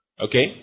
Okay